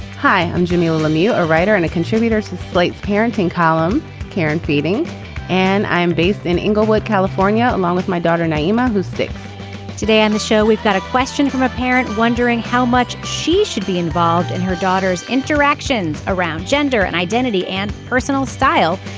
hi i'm jamilah lemieux a writer and a contributor to slate's parenting column karen fielding and i am based in inglewood california along with my daughter naima who's sick today on the show we've got a question from a parent wondering how much she should be involved in her daughter's interactions around gender and identity and personal style.